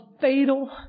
fatal